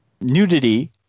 nudity